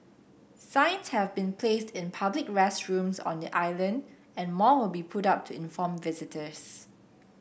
signs have been placed in public restrooms on the island and more will be put up to inform visitors